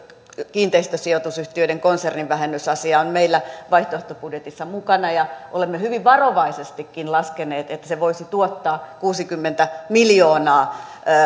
kiinteistösijoitusyhtiöiden konsernivähennysasia on meillä vaihtoehtobudjetissa mukana olemme hyvin varovaisestikin laskeneet että se voisi tuottaa kuusikymmentä miljoonaa